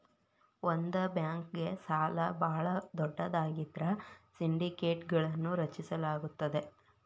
ಒಂದ ಬ್ಯಾಂಕ್ಗೆ ಸಾಲ ಭಾಳ ದೊಡ್ಡದಾಗಿದ್ರ ಸಿಂಡಿಕೇಟ್ಗಳನ್ನು ರಚಿಸಲಾಗುತ್ತದೆ